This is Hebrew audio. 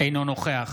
אינו נוכח